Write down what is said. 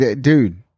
Dude